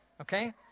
Okay